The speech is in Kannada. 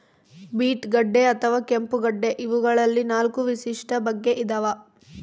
ಬೀಟ್ ಗಡ್ಡೆ ಅಥವಾ ಕೆಂಪುಗಡ್ಡೆ ಇವಗಳಲ್ಲಿ ನಾಲ್ಕು ವಿಶಿಷ್ಟ ಬಗೆ ಇದಾವ